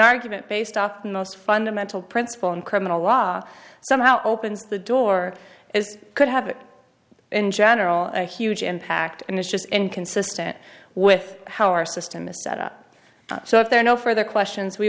argument based off the most fundamental principle in criminal law somehow opens the door is could have in general a huge impact and it's just inconsistent with how our system is set up so if there are no further questions we